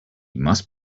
must